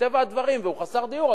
והוא חסר דיור,